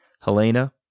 Helena